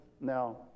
Now